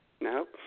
No